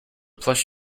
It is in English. plush